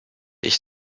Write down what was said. ich